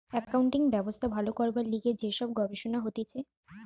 accounting ব্যবস্থা ভালো করবার লিগে যে সব গবেষণা হতিছে